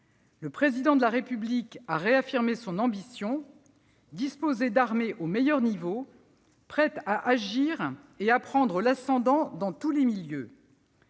Le Président de la République a réaffirmé son ambition : disposer d'armées au meilleur niveau, prêtes à agir et à prendre l'ascendant dans tous les milieux.